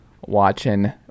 watching